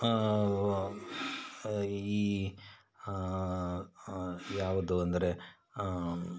ಈ ಯಾವುದು ಅಂದರೆ